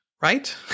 right